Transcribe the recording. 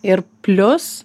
ir plius